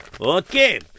Okay